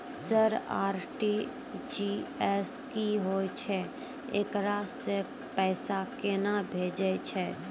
Sir RTGS की होय छै, एकरा से पैसा केना भेजै छै?